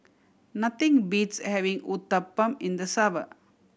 nothing beats having Uthapam in the summer